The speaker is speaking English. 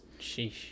Sheesh